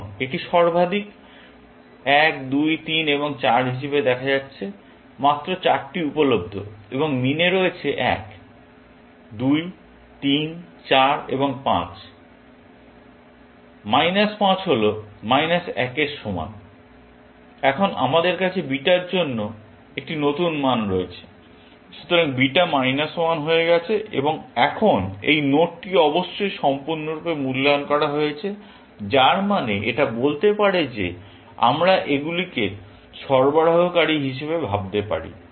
এখন এটি সর্বাধিক 1 2 3 এবং 4 হিসাবে দেখা যাচ্ছে মাত্র 4টি উপলব্ধ এবং মিন এ রয়েছে 1 2 3 4 এবং 5 মাইনাস 5 হল মাইনাস 1 এর সমান । এখন আমাদের কাছে বিটা র জন্য একটি নতুন মান রয়েছে। সুতরাং বিটা মাইনাস 1 হয়ে গেছে এবং এখন এই নোডটি অবশ্যই সম্পূর্ণরূপে মূল্যায়ন করা হয়েছে যার মানে এটা বলতে পারে যে আমরা এগুলোকে সরবরাহকারী হিসেবে ভাবতে পারি